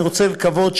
אני רוצה לקוות,